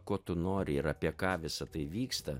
ko tu nori ir apie ką visą tai vyksta